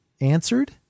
answered